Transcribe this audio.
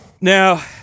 now